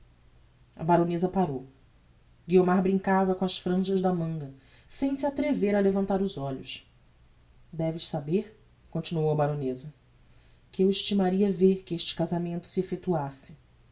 a baroneza parou guiomar brincava com as franjas da manga sem se atrever a levantar os olhos deves saber continuou a baroneza que eu estimaria ver que este casamento se effectuasse